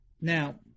Now